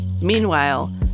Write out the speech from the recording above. Meanwhile